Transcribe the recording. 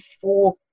four